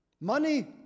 Money